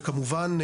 וכמובן,